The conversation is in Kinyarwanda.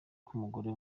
k’umugore